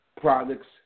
products